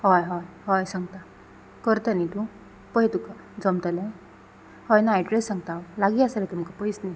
हय हय हय सांगता करता न्ही तूं पळय तुका जमतलें हय ना एड्रॅस सांगता हांव लागीं आसा रे तुमकां पयस न्ही